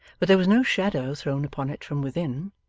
but there was no shadow thrown upon it from within.